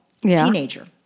teenager